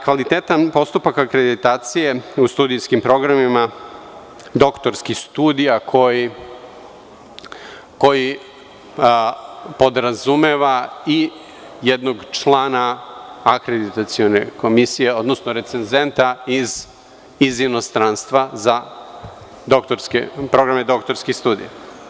Kvalitetan postupak akreditacije u studijskim programima doktorskih studija koji podrazumeva i jednog člana akreditacione komisije, odnosno recenzenta iz inostranstva za programe doktorskih studija.